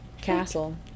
castle